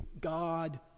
God